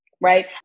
right